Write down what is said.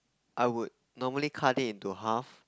I would normally cut it into half